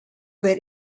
that